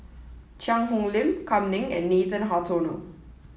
Cheang Hong Lim Kam Ning and Nathan Hartono